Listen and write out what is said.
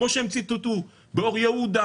כמו שהם ציטטו באור יהודה,